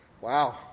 Wow